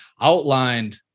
outlined